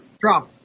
Trump